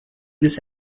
this